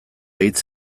hitz